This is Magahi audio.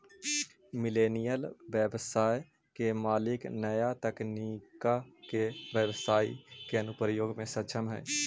मिलेनियल व्यवसाय के मालिक नया तकनीका के व्यवसाई के अनुप्रयोग में सक्षम हई